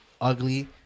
ugly